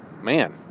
Man